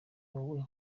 wowe